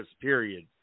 Period